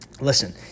Listen